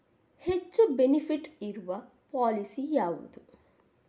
ಹೆಚ್ಚು ಬೆನಿಫಿಟ್ ಇರುವ ಪಾಲಿಸಿ ಯಾವುದು?